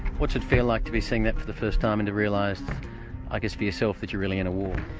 what's it feel like to be seeing that for the first time and to realise i guess for yourself that you're really in a war?